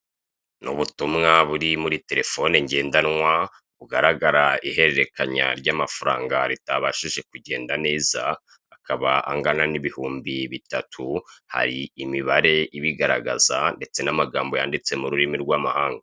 Ni ubutumwa buri muri telefone ngendanwa, bugaragara ihererekanya ry'amafaranga ritabashije kugenda neza, akaba angana n'ibihumbi bitatu, hari imibare ibigaragaza ndetse n'amagambo yanditse mu rurimi rw'amahanga.